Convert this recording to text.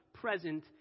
present